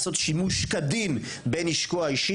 הנושא הוא דיון מהיר בנושא מעצרים אלימים של